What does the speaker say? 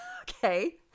Okay